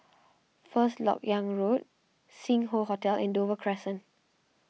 First Lok Yang Road Sing Hoe Hotel and Dover Crescent